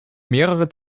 mehrere